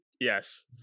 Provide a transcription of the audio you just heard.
yes